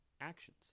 actions